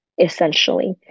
essentially